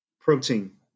protein